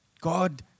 God